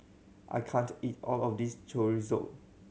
I can't eat all of this Chorizo